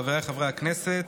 חבריי חברי הכנסת,